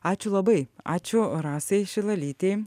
ačiū labai ačiū rasai šilalytei